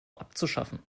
abzuschaffen